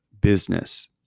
business